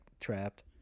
trapped